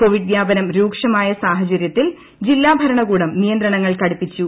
Covid വ്യാപനം രൂക്ഷമായ സാഹചര്യത്തിൽ ജില്ലാഭരണകൂടം നിയന്ത്രണങ്ങൾ കടുപ്പിച്ചു